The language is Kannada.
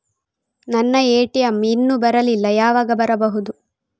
ನನ್ನ ಎ.ಟಿ.ಎಂ ಇನ್ನು ಬರಲಿಲ್ಲ, ಯಾವಾಗ ಬರಬಹುದು?